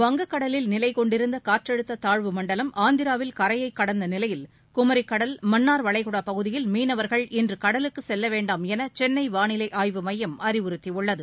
வங்கக்கடலில் நிலை கொண்டிருந்த காற்றழுத்த தாழ்வு மண்டலம் ஆந்திராவில் கரையை கடந்த நிலையில் குமரிக் கடல் மன்னார் வளைகுடா பகுதியில் மீனவர்கள் இன்று கடலுக்கு செல்ல வேண்டாமென சென்னை வானிலை ஆய்வுமையம் அறிவுறுத்தியுள்ளது